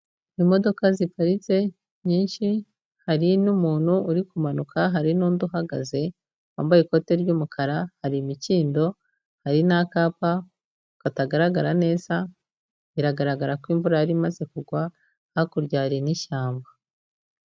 Imodoka ziparitse nyinshi, hari n'umuntu uri kumanuka, hari n'undi uhagaze, wambaye ikote ry'umukara, hari imikindo, hari n'akapa katagaragara neza biragaragara ko imvura yari imaze kugwa, hakurya hari n'ishyamba.